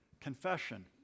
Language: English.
Confession